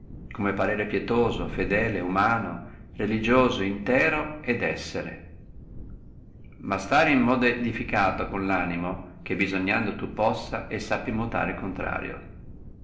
come parere pietoso fedele umano intero relligioso et essere ma stare in modo edificato con lanimo che bisognando non essere tu possa e sappi mutare el contrario